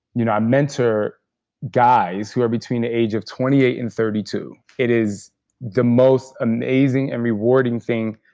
you know i mentor guys who are between the age of twenty eight and thirty two. it is the most amazing and rewarding thing,